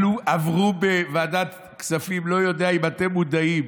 עברו בוועדת כספים, לא יודע אם אתם מודעים,